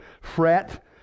Fret